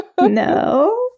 no